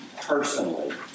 personally